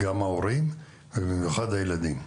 גם ההורים ובמיוחד הילדים.